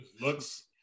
looks